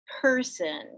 person